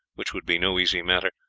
which would be no easy matter,